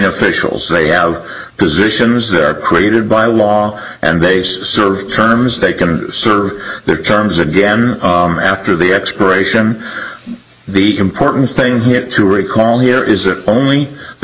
officials they have positions that are created by law and base serve terms they can serve their terms again after the expiration the important thing here to recall here is that only the